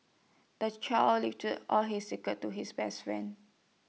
the child all his secrets to his best friend